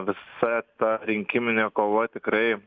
visa ta rinkiminė kova tikrai